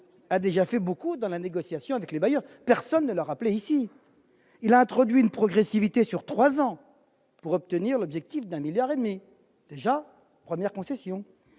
a déjà fait beaucoup dans la négociation avec les bailleurs, nul ne l'a rappelé ici. Il a introduit une progressivité sur trois ans pour atteindre l'objectif de 1,5 milliard d'euros. C'est une première concession.